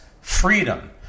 freedom